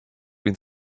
been